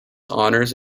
honors